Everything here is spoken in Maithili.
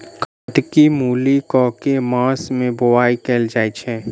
कत्की मूली केँ के मास मे बोवाई कैल जाएँ छैय?